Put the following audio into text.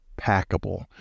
packable